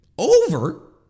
Over